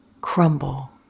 crumble